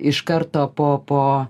iš karto po po